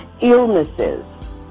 illnesses